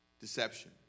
Deception